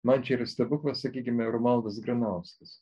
man čia yra stebuklas sakykime romualdas granauskas